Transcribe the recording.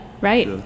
right